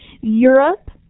Europe